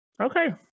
Okay